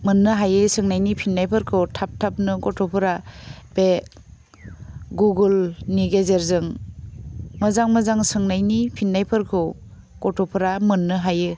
मोन्नो हायो सोंनायनि फिन्नायफोरखौ थाब थाबनो गथ'फोरा बे गुगोलनि गेजेरजों मोजां मोजां सोंनायनि फिन्नायफोरखौ गथ'फ्रा मोन्नो हायो